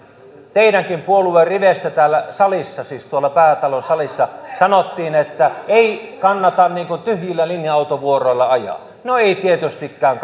teidänkin puolueen riveistä täällä salissa siis tuolla päätalon salissa sanottiin että ei kannata tyhjillä linja autovuoroilla ajaa no ei tietystikään